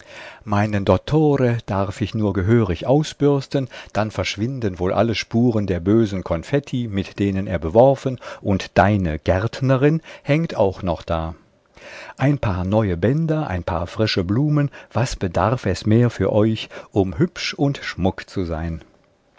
meinen dottore darf ich nur gehörig ausbürsten dann verschwinden wohl alle spuren der bösen konfetti mit denen er beworfen und deine gärtnerin hängt auch noch da ein paar neue bänder ein paar frische blumen was bedarf es mehr für euch um hübsch und schmuck zu sein